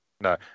No